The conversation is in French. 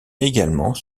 également